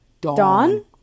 Dawn